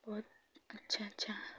बहुत अच्छा अच्छा